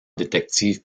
détective